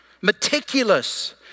Meticulous